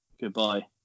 Goodbye